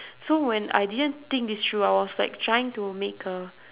so when I didn't think this through I was like trying to make a